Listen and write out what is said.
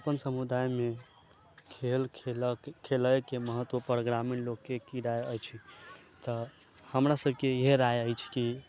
अपन समुदायमे खेल खेलऽ खेलैके महत्वपर ग्रामीण लोकके की राय अछि तऽ हमरा सबके इहे राय अछि की